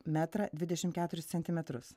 metrą dvidešimt keturis centimetrus